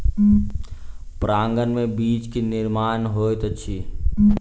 परागन में बीज के निर्माण होइत अछि